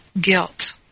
guilt